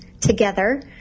together